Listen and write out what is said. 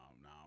no